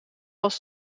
was